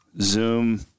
Zoom